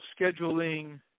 scheduling